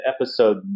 Episode